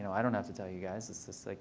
i don't have to tell you guys. it's just like